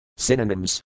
Synonyms